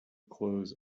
clothes